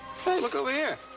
look over here.